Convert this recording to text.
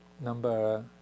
number